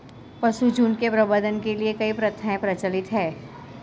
पशुझुण्ड के प्रबंधन के लिए कई प्रथाएं प्रचलित हैं